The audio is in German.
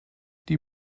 die